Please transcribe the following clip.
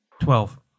Twelve